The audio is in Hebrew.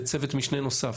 וצוות משנה נוסף.